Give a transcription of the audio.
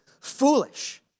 foolish